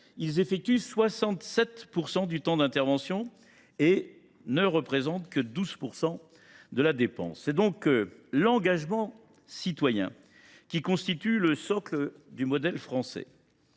qui effectuent 67 % du temps d’intervention et ne représentent que 12 % des dépenses. C’est donc l’engagement citoyen qui constitue le socle du modèle français.